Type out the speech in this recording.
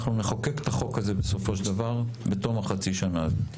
אנחנו נחוקק את החוק הזה בסופו של דבר בתום חצי השנה הזו.